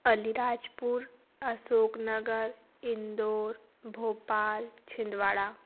Alirajpur Ashoknagar Indore Bhopal Chhindwara